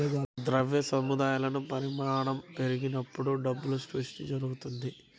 ద్రవ్య సముదాయాల పరిమాణం పెరిగినప్పుడు డబ్బు సృష్టి జరుగుతది